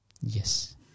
Yes